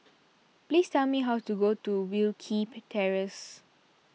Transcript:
please tell me how to go to Wilkie Terrace